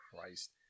Christ